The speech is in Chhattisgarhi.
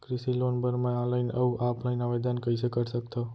कृषि लोन बर मैं ऑनलाइन अऊ ऑफलाइन आवेदन कइसे कर सकथव?